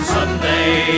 Sunday